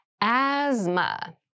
asthma